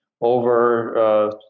over